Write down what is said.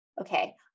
Okay